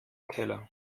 teller